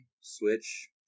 Switch